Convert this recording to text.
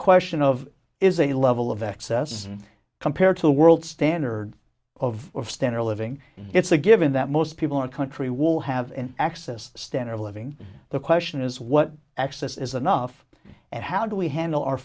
question of is a level of access compared to a world standard of standard of living it's a given that most people in the country will have an access standard of living the question is what access is enough and how do we handle our